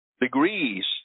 degrees